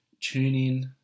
TuneIn